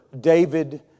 David